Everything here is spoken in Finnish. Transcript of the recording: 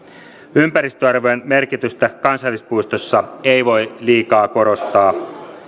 ympäristöarvojen merkitystä kansallispuistossa ei voi liikaa korostaa